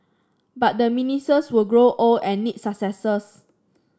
but the ministers will grow old and need successors